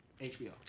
HBO